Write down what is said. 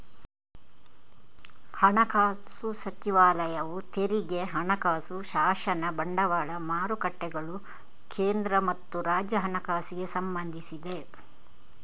ಹಣಕಾಸು ಸಚಿವಾಲಯವು ತೆರಿಗೆ, ಹಣಕಾಸು ಶಾಸನ, ಬಂಡವಾಳ ಮಾರುಕಟ್ಟೆಗಳು, ಕೇಂದ್ರ ಮತ್ತು ರಾಜ್ಯ ಹಣಕಾಸಿಗೆ ಸಂಬಂಧಿಸಿದೆ